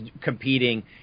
competing